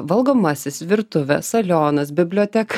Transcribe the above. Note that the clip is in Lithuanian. valgomasis virtuvė salionas biblioteka